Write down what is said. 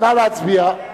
נא להצביע.